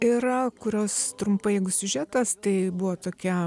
yra kurios trumpai jeigu siužetas tai buvo tokia